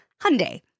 Hyundai